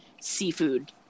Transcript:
seafood